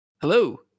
Hello